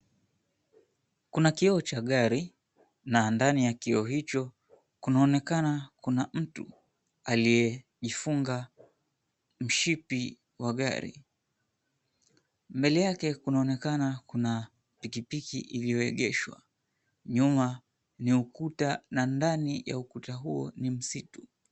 Kuna kioo cha gari na ndani ya kioo hicho kunaonekana kuna mtu aliyejifunga mshipi wa gari. Mbele yake kunaonekana kuna pikipiki iliyoegeshwa. Nyuma ya ukuta na ndani ya ukuta huo ni msitu.